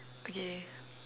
okay